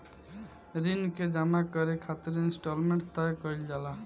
ऋण के जामा करे खातिर इंस्टॉलमेंट तय कईल जाला